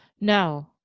No